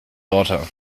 daughter